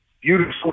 Beautiful